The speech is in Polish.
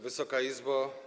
Wysoka Izbo!